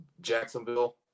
Jacksonville